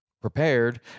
prepared